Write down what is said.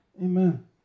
Amen